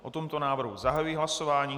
O tomto návrhu zahajuji hlasování.